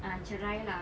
uh cerai lah